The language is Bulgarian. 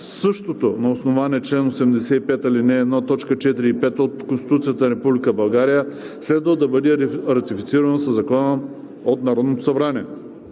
същото на основание чл. 85, ал. 1, т. 4 и 5 от Конституцията на Република България следва да бъде ратифицирано със закон от Народното събрание.